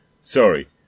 sorry